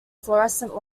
fluorescent